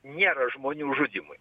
nėra žmonių žudymui